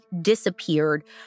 disappeared